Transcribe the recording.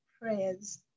prayers